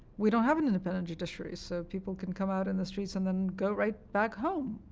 we don't have an independent judiciary, so people can come out in the streets and then go right back home,